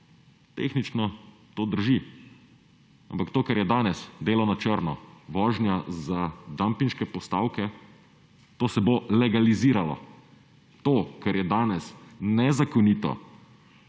Tehnično to drži, ampak to kar je danes delo na črno vožnja za dumpinške postavke, to se bo legaliziralo, to kar je danes nezakonito